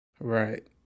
Right